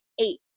eight